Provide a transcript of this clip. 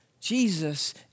Jesus